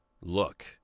look